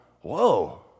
whoa